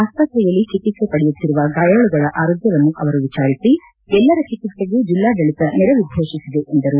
ಆಸ್ಪತ್ರೆಯಲ್ಲಿ ಚಿಕಿತ್ಸೆ ಪಡೆಯುತ್ತಿರುವ ಗಾಯಾಳುಗಳ ಆರೋಗ್ವವನ್ನು ಅವರು ವಿಚಾರಿಸಿ ಎಲ್ಲರ ಚಿಕಿತ್ಸೆಗೂ ಜಿಲ್ಲಾಡಳಿತ ನೆರವು ಘೋಷಿಸಿದೆ ಎಂದರು